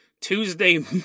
Tuesday